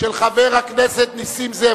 של חבר הכנסת נסים זאב,